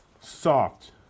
Soft